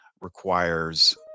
requires